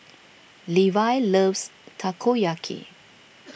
Levi loves Takoyaki